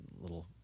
little